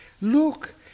Look